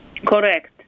Correct